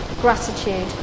gratitude